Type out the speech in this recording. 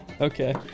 Okay